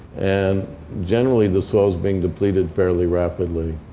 and generally, the soil's being depleted fairly rapidly.